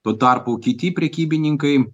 tuo tarpu kiti prekybininkai